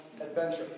adventure